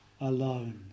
alone